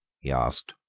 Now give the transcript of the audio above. he asked.